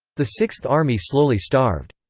the sixth army slowly starved.